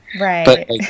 Right